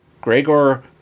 Gregor